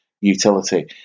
utility